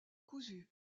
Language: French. cousu